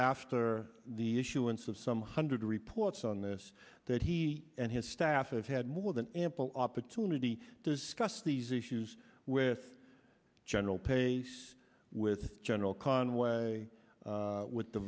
after the issuance of some hundred reports on this that he and his staff of had more than ample opportunity to discuss these issues with general pace with general conway with the